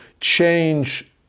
change